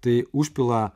tai užpila